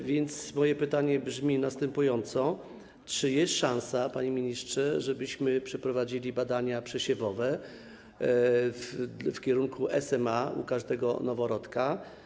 A więc moje pytanie brzmi następująco: Czy jest szansa, panie ministrze, żebyśmy przeprowadzili badania przesiewowe w kierunku SMA u każdego noworodka?